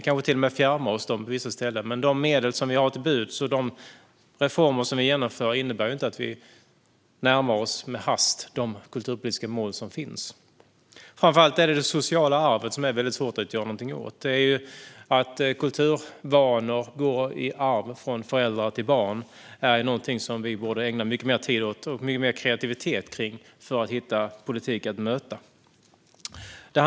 Vi kanske till och med fjärmar oss från målen i vissa avseenden. De medel vi har till buds och de reformer vi genomför innebär inte att vi med hast närmar oss de kulturpolitiska mål som finns. Framför allt är det svårt att göra något åt det sociala arvet. Att kulturvanor går i arv från föräldrar till barn är något som vi borde ägna mycket mer tid och kreativitet åt, för att hitta en politik som kan möta detta.